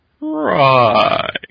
Right